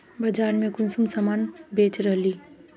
बाजार में कुंसम सामान बेच रहली?